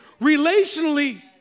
relationally